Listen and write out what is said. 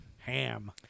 Ham